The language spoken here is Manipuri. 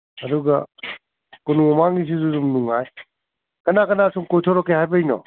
ꯑꯗꯨꯒ ꯀꯣꯅꯨꯡ ꯃꯃꯥꯡꯒꯤꯁꯤꯁꯨ ꯑꯗꯨꯝ ꯅꯨꯡꯉꯥꯏ ꯀꯅꯥ ꯀꯅꯥ ꯁꯨꯝ ꯀꯣꯏꯊꯣꯔꯛꯀꯦ ꯍꯥꯏꯕꯒꯤꯅꯣ